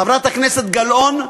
חברת הכנסת גלאון,